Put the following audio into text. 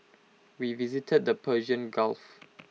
we visited the Persian gulf